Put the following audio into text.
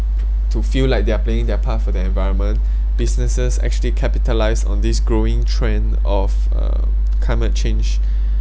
to feel like they're playing their part for the environment businesses actually capitalise on this growing trend of uh um climate change